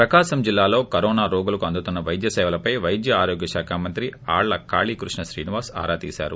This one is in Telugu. ప్రకాశం జిల్లాలో కరోనా రోగులకు అందుతున్న వైద్య సేవలపై వైద్య ఆరోగ్య శాఖ మంత్రి ఆళ్ళ కాళీ కృష్ణ శ్రీనివాస్ ఆరా తీసారు